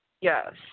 Yes